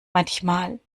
manchmal